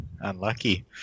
unlucky